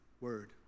word